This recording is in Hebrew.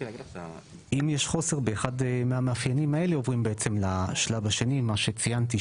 אם יש חוסר באחד מהמאפיינים האלה עוברים לשלב השני שציינתי,